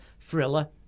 Thriller